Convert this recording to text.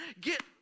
get